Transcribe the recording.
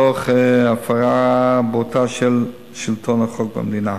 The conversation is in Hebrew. תוך הפרה בוטה של שלטון החוק במדינה.